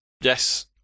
yes